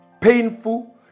Painful